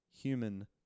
human